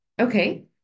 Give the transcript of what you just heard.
okay